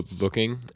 looking